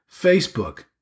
Facebook